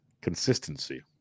consistency